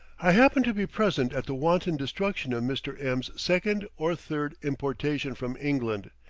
i happen to be present at the wanton destruction of mr. m s second or third importation from england,